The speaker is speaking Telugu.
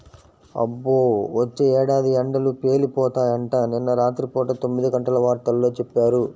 అబ్బో, వచ్చే ఏడాది ఎండలు పేలిపోతాయంట, నిన్న రాత్రి పూట తొమ్మిదిగంటల వార్తల్లో చెప్పారు